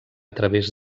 través